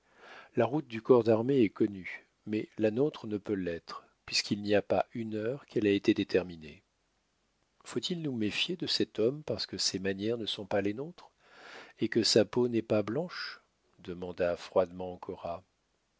la route du corps d'armée est connue mais la nôtre ne peut l'être puisqu'il n'y a pas une heure qu'elle a été déterminée faut-il nous méfier de cet homme parce que ses manières ne sont pas les nôtres et que sa peau n'est pas blanche demanda froidement